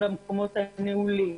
במקומות הנעולים,